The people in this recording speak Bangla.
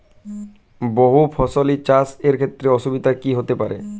বহু ফসলী চাষ এর ক্ষেত্রে অসুবিধে কী কী হতে পারে?